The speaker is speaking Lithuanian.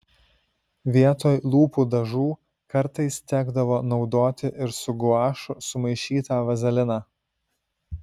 vietoj lūpų dažų kartais tekdavo naudoti ir su guašu sumaišytą vazeliną